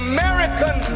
American